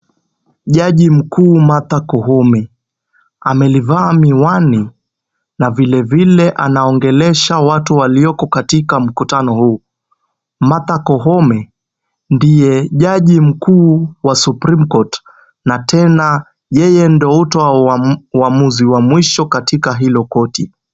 Jaji mkuu Martha Koome. Amelivaa miwani na vilevile anawaongelesha watu waliopo katika mkutano huu. Martha Koome ndiye jaji mkuu wa supreme court na tena yeye ndiye hutoa uamuzi wa mwisho katika hilo korti.